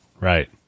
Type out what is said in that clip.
Right